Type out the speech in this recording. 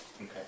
Okay